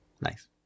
nice